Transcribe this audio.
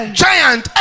giant